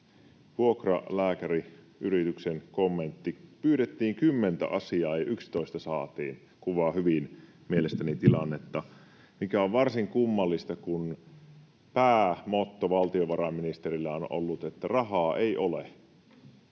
vuokralääkäriyrityksen kommentti. Pyydettiin 10:tä asiaa ja 11 saatiin. Se kuvaa hyvin mielestäni tilannetta, mikä on varsin kummallista, kun päämotto valtiovarainministerillä on ollut, että rahaa ei ole.